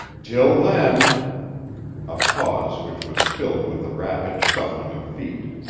till then a pause which was filled with a rapid shuffling of feet.